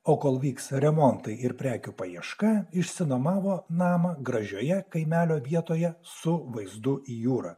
o kol vyksta remontai ir prekių paieška išsinuomodavo namą gražioje kaimelio vietoje su vaizdu į jūrą